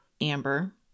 Amber